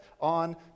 on